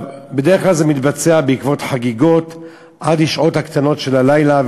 בדרך כלל זה מתבצע בעקבות חגיגות עד לשעות הקטנות של הלילה,